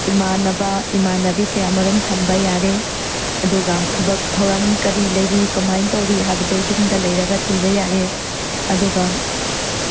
ꯏꯃꯥꯟꯅꯕ ꯏꯃꯥꯟꯅꯕꯤ ꯀꯌꯥ ꯑꯃꯔꯣꯝ ꯊꯝꯕ ꯌꯥꯔꯦ ꯑꯗꯨꯒ ꯊꯕꯛ ꯊꯧꯔꯝ ꯀꯔꯤ ꯂꯩꯔꯤ ꯀꯃꯥꯏꯅ ꯇꯧꯔꯤ ꯍꯥꯏꯕꯗꯣ ꯌꯨꯝꯗ ꯂꯩꯔꯒ ꯊꯤꯕ ꯌꯥꯔꯦ ꯑꯗꯨꯒ